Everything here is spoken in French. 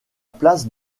place